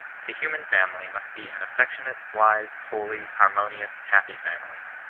the human family must be an afiectionate, wise, holy, harmonious, happy family.